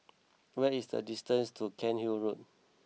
where is the distance to Cairnhill Road